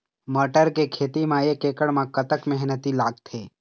मटर के खेती म एक एकड़ म कतक मेहनती लागथे?